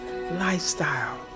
lifestyle